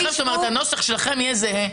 הנוסח שלכם יהיה זהה,